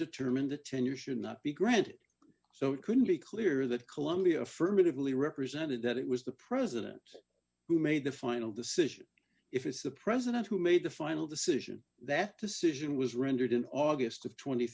determined the tenure should not be granted so it couldn't be clearer that columbia affirmatively represented that it was the president who made the final decision if it's the president who made the final decision that decision was rendered in august